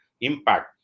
impact